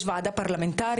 יש ועדה פרלמנטרית.